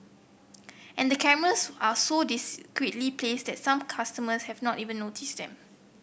and the cameras are so discreetly placed that some customers have not even notice them